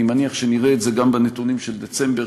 אני מניח שנראה את זה גם בנתונים של דצמבר,